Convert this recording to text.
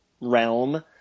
realm